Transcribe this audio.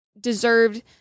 deserved